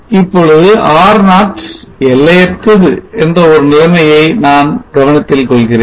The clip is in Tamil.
இப்பொழுது R0 எல்லையற்றது என்ற ஒரு நிலைமையை நான் கவனத்தில் கொள்கிறேன்